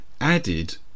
added